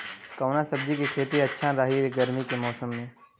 कवना सब्जी के खेती अच्छा रही गर्मी के मौसम में?